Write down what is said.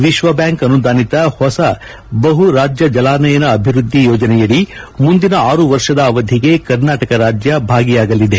ವಿಶ್ವಬ್ಯಾಂಕ್ ಅನುದಾನಿತ ಹೊಸ ಬಹು ರಾಜ್ಯ ಜಲಾನಯನ ಅಭಿವೃದ್ದಿ ಯೋಜನೆಯಡಿ ಮುಂದಿನ ಆರು ವರ್ಷದ ಅವಧಿಗೆ ಕರ್ನಾಟಕ ರಾಜ್ಯ ಭಾಗಿಯಾಗಲಿದೆ